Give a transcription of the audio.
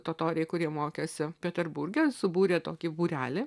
totoriai kurie mokėsi peterburge subūrė tokį būrelį